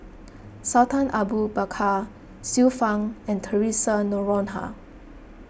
Sultan Abu Bakar Xiu Fang and theresa Noronha